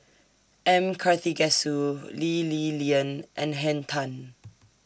M Karthigesu Lee Li Lian and Henn Tan